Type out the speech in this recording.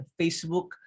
Facebook